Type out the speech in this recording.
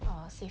!wah! seh